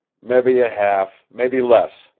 mebby a half, mebby less,